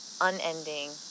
unending